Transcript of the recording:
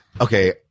Okay